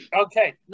Okay